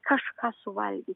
kažką suvalgyt